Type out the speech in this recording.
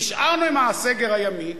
נשארנו עם הסגר הימי.